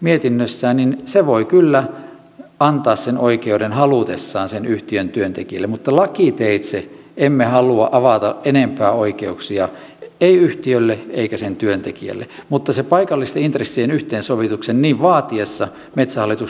mietinnössään niin se voi kyllä antaa sen oikeuden halutessaan yhtiön työntekijälle mutta lakiteitse emme halua avata enempää oikeuksia emme yhtiölle emmekä sen työntekijälle mutta sen paikallisten intressien yhteensovituksen niin vaatiessa metsähallitus liikelaitos voi sen homman näin organisoida